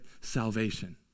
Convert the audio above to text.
salvation